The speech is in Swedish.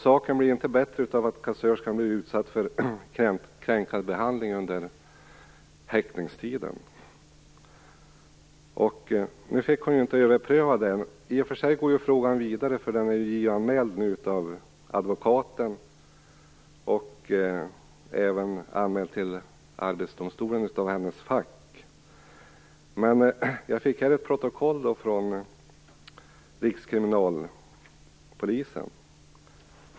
Saken blir inte bättre av att kassörskan blev utsatt för kränkande behandling under häktningstiden. Hon fick inte överpröva domen. Frågan går i och för sig vidare, för advokaten har JO-anmält ärendet. Kassörskans fack har anmält ärendet till Arbetsdomstolen. Jag fick ett protokoll från Rikskriminalpolisen.